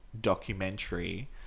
documentary